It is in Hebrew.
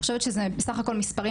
אני חושבת שזה בסך הכול מספרים,